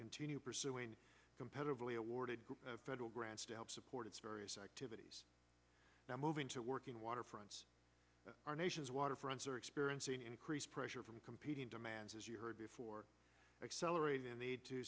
continue pursuing competitively awarded federal grants to help support its various activities now moving to working waterfronts our nation's waterfronts are experiencing increased pressure from competing demands as you heard before accelerating the need to